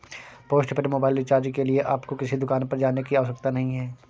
postpaid mobile recharge के लिए आपको किसी दुकान पर जाने की आवश्यकता नहीं है